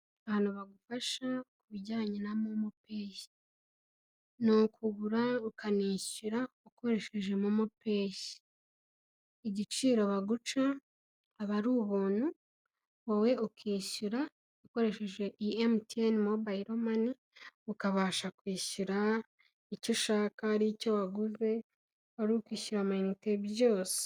Abantu bagufasha ku bijyanye na momopeyi, ni ukugura ukanishyura ukoresheje momopeyi. Igiciro baguca aba ari ubuntu wowe ukishyura ukoresheje iyi emutiyene mobiyilu mane, ukabasha kwishyura icyo ushaka. Aricyo waguze ari ukwishyura amayinite byose.